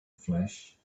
flesh